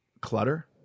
Clutter